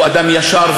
והוא אדם ישר,